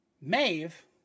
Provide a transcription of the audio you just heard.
Maeve